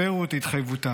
הפרו את התחייבותם.